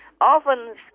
orphans